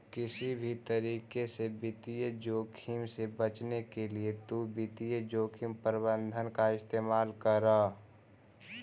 किसी भी तरीके के वित्तीय जोखिम से बचने के लिए तु वित्तीय जोखिम प्रबंधन का इस्तेमाल करअ